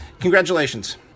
Congratulations